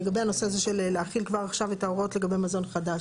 לגבי הנושא הזה של להפעיל כבר עכשיו את ההוראות לגבי מזון חדש.